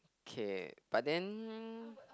K but then